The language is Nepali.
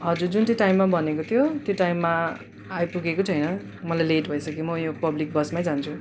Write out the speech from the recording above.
हजुर जुन चाहिँ टाइममा भनेको थियो त्यो टाइममा आइपुगेको छैन मलाई लेट भइसक्यो मो यो पब्लिक बसमै जान्छु